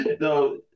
no